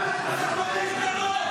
תומך טרור.